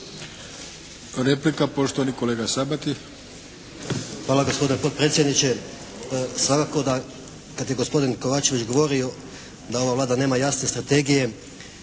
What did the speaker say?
Replika, poštovani kolega Sabati. **Sabati, Zvonimir (HSS)** Hvala gospodine potpredsjedniče. Svakako da kad je gospodin Kovačević govorio da ova Vlada nema jasne strategije,